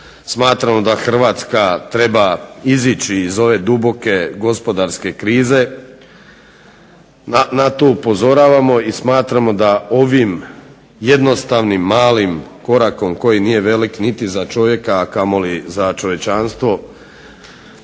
smatramo da Hrvatska treba izići iz ove duboke gospodarske krize, na to upozoravamo i smatramo da ovim jednostavnim malim korakom koji nije velik niti za čovjeka, a kamoli za čovječanstvo,